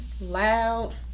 loud